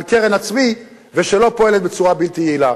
על קרן הצבי ושלא פועלת בצורה בלתי יעילה.